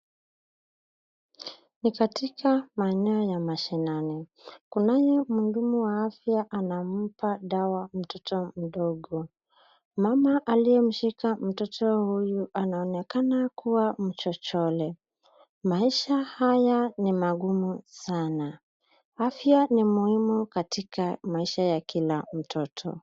Ni katika maeneo ya mashinani. Kunaye mhudumu wa afya anampa dawa mtoto mdogo. Mama aliyemshika mtoto huyu anaonekana kuwa mchochole. Maisha haya ni magumu sana. Afya ni muhimu katika maisha ya kina mtoto.